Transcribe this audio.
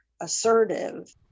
assertive